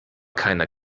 keiner